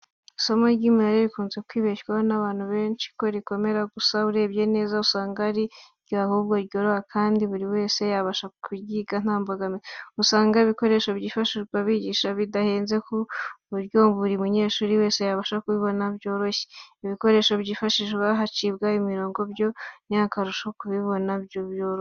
Isomo ry'imibare rikunze kwibeshywaho n'abantu benshi ko rikomera, gusa urebye neza usanga ari ryo ahubwo ryoroha kandi buri wese yabasha kwiga nta mbogamizi. Usanga ibikoresho byifashishwa bigisha bidahenze ku buryo buri munyeshuri yabasha kubibona byoroshye. Ibikoresho byifashishwa hacibwa imirongo, byo ni akarusho kubibona byoroshye.